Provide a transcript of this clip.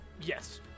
Yes